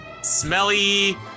smelly